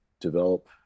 develop